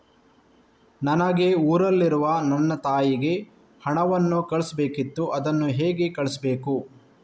ನನಗೆ ಊರಲ್ಲಿರುವ ನನ್ನ ತಾಯಿಗೆ ಹಣವನ್ನು ಕಳಿಸ್ಬೇಕಿತ್ತು, ಅದನ್ನು ಹೇಗೆ ಕಳಿಸ್ಬೇಕು?